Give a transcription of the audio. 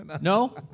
No